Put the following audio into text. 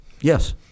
Yes